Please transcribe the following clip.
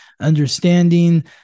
understanding